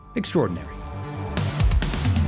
extraordinary